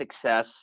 success